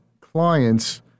clients